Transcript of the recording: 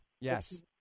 Yes